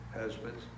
husbands